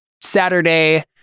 Saturday